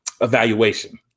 evaluation